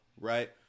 right